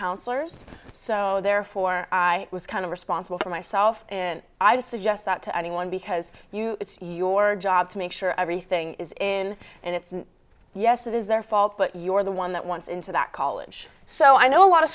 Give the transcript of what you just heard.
counselors so therefore i was kind of responsible for myself when i just suggest that to anyone because you it's your job to make sure everything is in and it's yes it is their fault but you're the one that wants into that college so i know a lot of